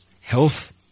health